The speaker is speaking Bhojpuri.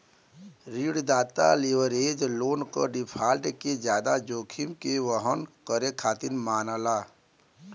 ऋणदाता लीवरेज लोन क डिफ़ॉल्ट के जादा जोखिम के वहन करे खातिर मानला